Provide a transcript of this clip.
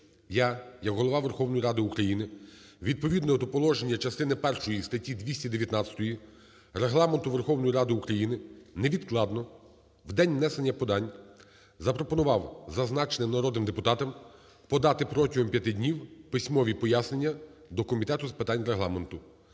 я як Голова Верховної Ради України відповідно до положення частини першої статті 219 Регламенту Верховної Ради України невідкладно, в день внесення подань, запропонував зазначеним народним депутатам подати протягом п'яти днів письмові пояснення до Комітету з питань Регламенту,